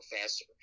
faster